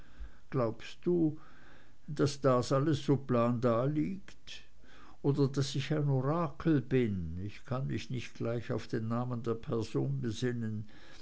glaubst du daß das alles so plan daliegt oder daß ich ein orakel bin ich kann mich nicht gleich auf den namen der person besinnen